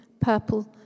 purple